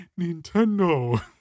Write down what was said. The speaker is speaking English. Nintendo